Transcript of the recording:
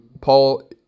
Paul